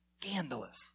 scandalous